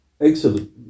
excellent